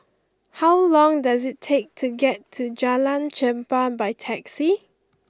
how long does it take to get to Jalan Chempah by taxi